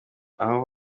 aho